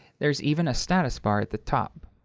there's even a status bar at the top.